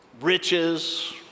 Riches